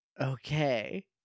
Okay